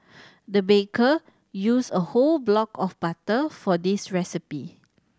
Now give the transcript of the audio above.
the baker used a whole block of butter for this recipe